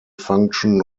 function